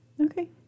Okay